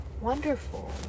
wonderful